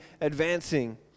advancing